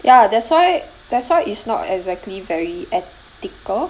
ya that's why that's why is not exactly very ethical